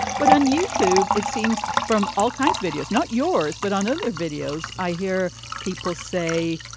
but on youtube, it seems from all kinds of videos, not yours, but on ah the videos i hear people say,